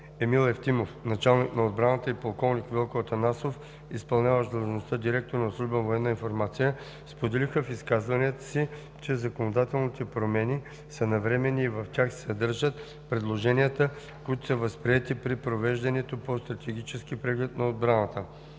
Емил Евтимов – началник на отбраната, и полковник Велко Атанасов – изпълняващ длъжността директор на служба „Военна информация“ споделиха в изказванията си, че законодателните промени са навременни и в тях се съдържат предложенията, които са възприети при провеждането на Стратегическия преглед на отбраната.